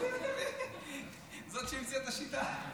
זאת שהמציאה את השיטה.